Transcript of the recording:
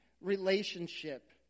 relationship